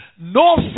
No